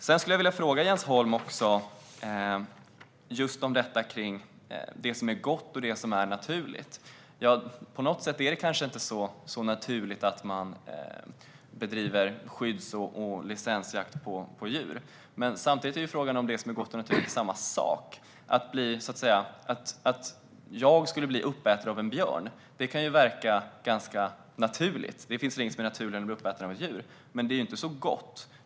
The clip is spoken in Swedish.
Sedan skulle jag vilja ställa en fråga till Jens Holm om just det som är gott och det som är naturligt. Det kanske inte är så naturligt att bedriva skydds och licensjakt på djur. Samtidigt är frågan om det som är gott och det som är naturligt är samma sak. Att jag skulle bli uppäten av en björn kan ju verka ganska naturligt, för det finns en risk i naturen att bli uppäten av ett djur. Men det är inte så gott.